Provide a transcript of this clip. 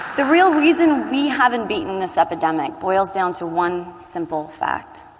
the real reason we haven't beaten this epidemic boils down to one simple fact